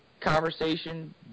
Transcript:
conversation